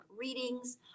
readings